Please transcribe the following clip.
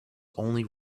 only